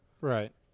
Right